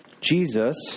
Jesus